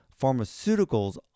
Pharmaceuticals